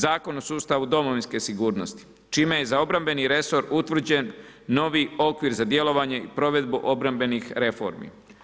Zakon o sustavu domovinske sigurnosti čime je za obrambeni resor utvrđen novi okvir za djelovanje i provedbu obrambenih reformi.